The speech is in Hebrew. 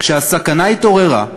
כשהסכנה התעוררה,